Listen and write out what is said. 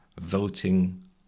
voting